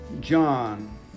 John